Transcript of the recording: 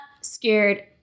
scared